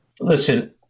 Listen –